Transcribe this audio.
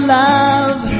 love